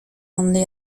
only